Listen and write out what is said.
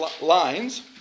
lines